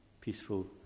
peaceful